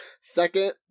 Second